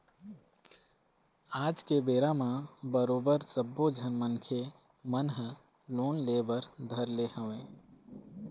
आज के बेरा म बरोबर सब्बो झन मनखे मन ह लोन ले बर धर ले हवय